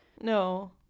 no